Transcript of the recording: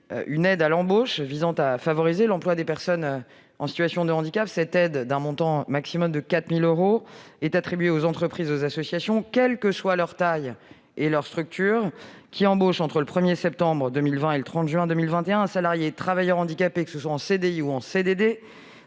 une aide à l'embauche visant à favoriser l'emploi de ces personnes. Cette aide, d'un montant maximum de 4 000 euros, est attribuée aux entreprises et aux associations, quelles que soient leur taille et leur structure, qui auront embauché entre le 1 septembre 2020 et le 30 juin 2021 un salarié travailleur handicapé en CDI ou en CDD